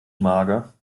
mager